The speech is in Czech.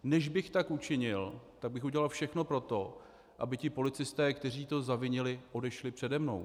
Než bych tak učinil, tak bych udělal všechno pro to, aby ti policisté, kteří to zavinili, odešli přede mnou.